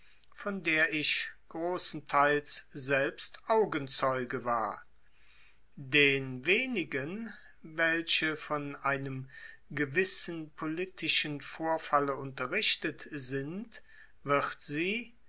von der ich großenteils selbst augenzeuge war den wenigen welche von einem gewissen politischen vorfalle unterrichtet sind wird sie